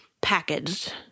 packaged